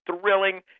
thrilling